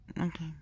okay